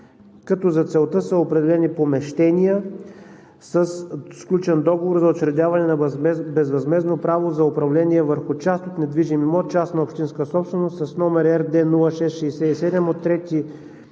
като за целта са определени помещения със сключен договор за учредяване на безвъзмездно право за управление върху част от недвижим имот частна общинска собственост с № РД 06-67 от 3